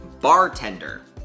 Bartender